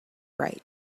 right